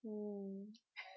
mm